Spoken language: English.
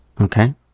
Okay